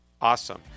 Awesome